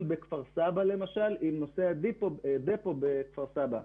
בכפר סבא למשל לגבי נושא ה-דפו בכפר סבא.